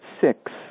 six